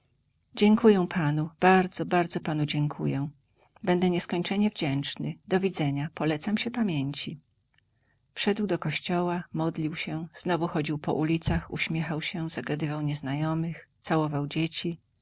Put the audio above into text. dziękuję panu bardzo bardzo panu dziękuję będę nieskończenie wdzięczny do widzenia polecam się pamięci wszedł do kościoła modlił się znowu chodził po ulicach uśmiechał się zagadywał nieznajomych całował dzieci